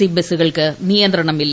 C ബസുകൾക്ക് നിയന്ത്രണമില്ല